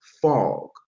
fog